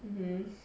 mmhmm